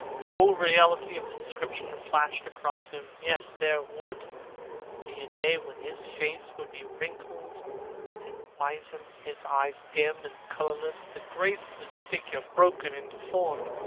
the full reality of the description flashed across him. yes, there would be a day when his face would be wrinkled and wizen, his eyes dim and colourless, the grace of his figure broken and deformed.